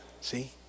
see